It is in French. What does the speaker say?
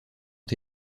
ont